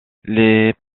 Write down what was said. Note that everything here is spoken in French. les